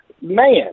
man